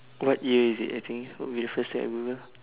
what year is it I think would be the first thing I google